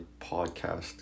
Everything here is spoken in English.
podcast